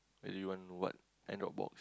you want what Android box